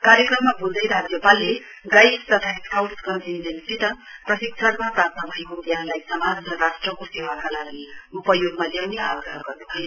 कार्यक्रममा बोल्दै राज्यपालले गाइड्स तथा स्काउट्स कन्टिन्जेन्टसित प्रशिक्षणमा प्राप्त भएको ज्ञानलाई समाज र राष्ट्रिको सेवाका लागि उपयोगमा ल्याउने आग्रह गर्नुभयो